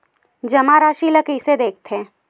जमा राशि ला कइसे देखथे?